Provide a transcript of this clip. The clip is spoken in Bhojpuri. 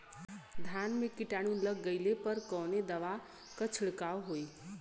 धान में कीटाणु लग गईले पर कवने दवा क छिड़काव होई?